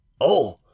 Oh